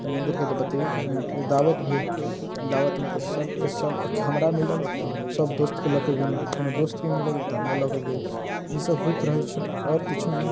तऽ मन्दिरके तऽ बतेबे कयलहुँ फेर दावत भेल दावतमे तऽ सबके सब हमरा मिलल तऽ सब दोस्तके लऽ के गेलहुँ कोनो दोस्तके मिलल तऽ हमरा लऽ कऽ गेल ई सब होइत रहैत छै आओर किछु नहि